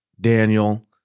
Daniel